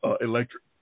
electric